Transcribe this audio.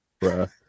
Bruh